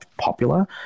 popular